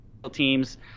teams